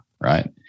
right